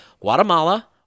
Guatemala